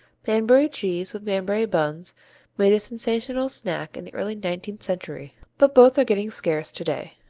banbury cheese with banbury buns made a sensational snack in the early nineteenth century, but both are getting scarce today.